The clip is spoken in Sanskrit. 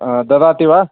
ददाति वा